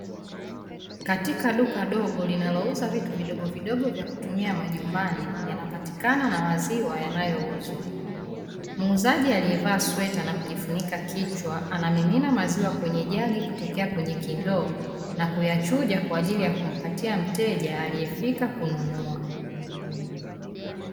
Katika duka dogo linalouza vitu vidogovidogo vya kutumia majumbani yanapatikana na maziwa yanayouzwa. Muuzaji aliyevaa sweta na kujifunika kichwa anamimina maziwa kwenye jagi, kutokea kwenye kindoo na kuyachuja kwa ajili ya kumpatia mteja aliyefika kununua.